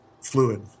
fluid